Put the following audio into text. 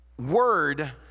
Word